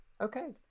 Okay